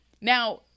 Now